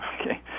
Okay